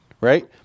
Right